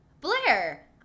Blair